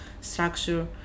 structure